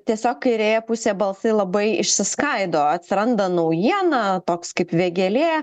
tiesiog kairėje pusėj balsai labai išsiskaido atsiranda naujiena toks kaip vėgėlė